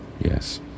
yes